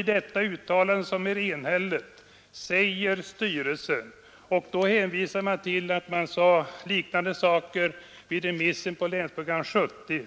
I detta uttalande, som är enhälligt, säger styrelsen — och då hänvisar man till att man sade liknande saker vid remissen på länsprogram 70: